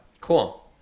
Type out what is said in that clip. Cool